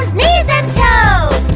knees and toes